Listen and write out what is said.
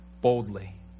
boldly